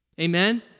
Amen